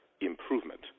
improvement